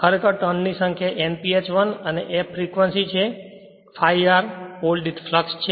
ખરેખર ટર્ન ની સંખ્યા Nph 1 અને f ફ્રેક્વંસીછે અને ∅r પોલ દીઠ ફ્લક્ષ છે